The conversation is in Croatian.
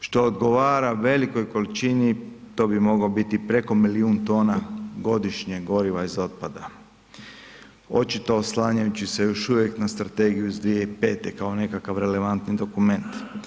odgovara velikoj količini to bi mogao biti preko milijun tona godišnje goriva iz otpada očito oslanjajući se još uvijek na strategiju iz 2005. kao nekakav relevantni dokument.